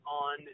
on